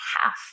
half